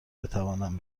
بتوانم